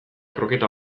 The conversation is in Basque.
kroketa